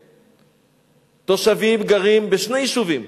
100,000 תושבים גרים בשני יישובים,